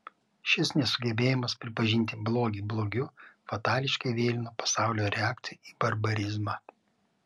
šis nesugebėjimas pripažinti blogį blogiu fatališkai vėlino pasaulio reakciją į barbarizmą